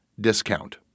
discount